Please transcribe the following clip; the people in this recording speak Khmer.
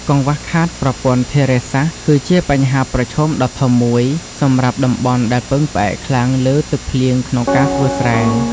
កង្វះខាតប្រព័ន្ធធារាសាស្ត្រ គឺជាបញ្ហាប្រឈមដ៏ធំមួយសម្រាប់តំបន់ដែលពឹងផ្អែកខ្លាំងលើទឹកភ្លៀងក្នុងការធ្វើស្រែ។